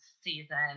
season